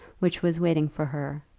which was waiting for her,